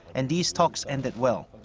and these talks ended well.